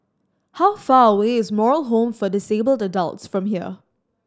how far away is Moral Home for Disabled Adults from here